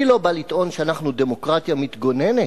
אני לא בא לטעון שאנחנו דמוקרטיה מתגוננת,